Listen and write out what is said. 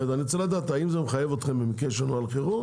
האם זה מחייב אתכם במקרה של נוהל חירום